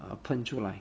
eh 喷出来